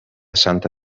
santa